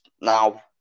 now